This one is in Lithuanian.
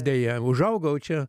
deja užaugau čia